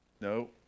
No